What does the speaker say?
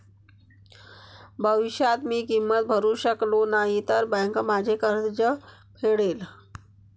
भविष्यात मी किंमत भरू शकलो नाही तर बँक माझे कर्ज फेडेल